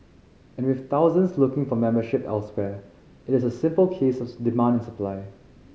and with thousands looking for membership elsewhere it is a simple case of demand and supply